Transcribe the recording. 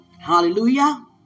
Hallelujah